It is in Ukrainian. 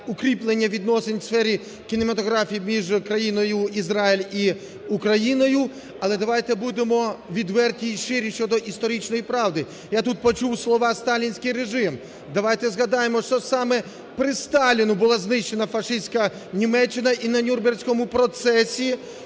укріплення відносин у сфері кінематографії між країною Ізраїль і Україною. Але давайте будемо відверті і щирі щодо історичної правди. Я тут почув слова "сталінський режим". Давайте згадаємо, що саме при Сталіні була знищена фашистська Німеччина і на Нюрнберзькому процесі